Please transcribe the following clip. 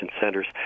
centers